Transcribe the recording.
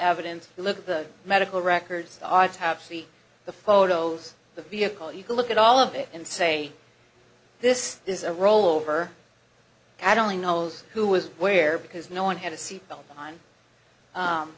evidence look at the medical records the autopsy the photos the vehicle you can look at all of it and say this is a rollover addling ols who was where because no one had a seat belt on